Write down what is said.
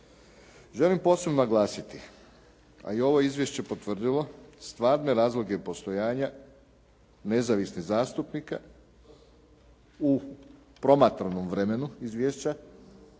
Želim posebno naglasiti, a i ovo izvješće je potvrdilo stvarne razloge postojanja nezavisnih zastupnika u promatranom vremenu izvješća,